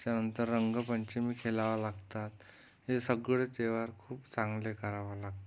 त्यानंतर रंगपंचमी खेळावं लागतात हे सगळे त्योहार खूप चांगले करावे लागतात